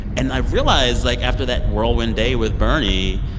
and i realized, like, after that whirlwind day with bernie,